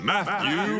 Matthew